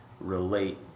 relate